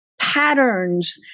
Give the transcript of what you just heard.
patterns